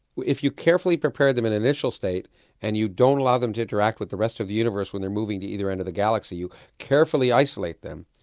if you carefully prepare them in an initial state and you don't allow them to interact with the rest of the universe when they're moving to either end of the galaxy, you carefully isolate them,